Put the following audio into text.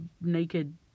naked